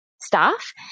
staff